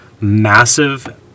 massive